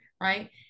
Right